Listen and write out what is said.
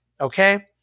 Okay